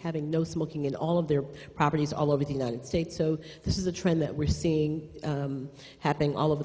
having no smoking in all of their properties all over the united states so this is a trend that we're seeing happening all over the